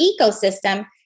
ecosystem